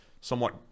somewhat